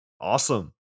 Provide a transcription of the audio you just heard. Awesome